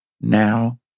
Now